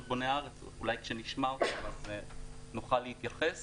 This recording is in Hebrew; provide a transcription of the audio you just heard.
בוני ארץ אז אולי כשנשמע אותם, נוכל להתייחס